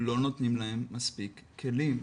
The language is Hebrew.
לא נותנים להם מספיק כלים.